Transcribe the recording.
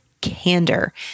candor